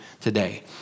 today